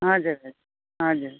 हजुर हजुर